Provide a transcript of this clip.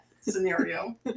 scenario